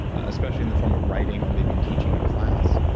especially in the form of writing or maybe in teaching a class,